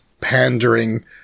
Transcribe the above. pandering